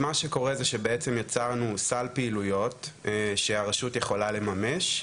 מה שקורה זה שבעצם יצרנו סל פעילויות שהרשות יכולה לממש,